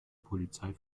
polizei